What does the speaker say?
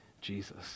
Jesus